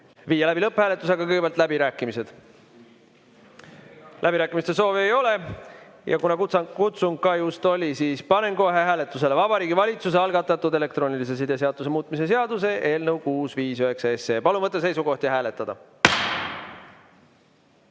viia läbi lõpphääletus, aga kõigepealt läbirääkimised. Läbirääkimiste soovi ei ole. Kuna kutsung ka just oli, siis panen kohe hääletusele Vabariigi Valitsuse algatatud elektroonilise side seaduse muutmise seaduse eelnõu 659. Palun võtta seisukoht ja hääletada!